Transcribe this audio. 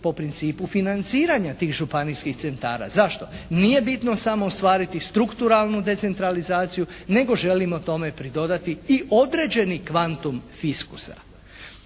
po principu financiranja tih županijskih centara. Zašto? Nije bitno samo ostvariti strukturalnu decentralizaciju, nego želimo tome pridodati i određeni kvantum fiskusa.